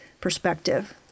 perspective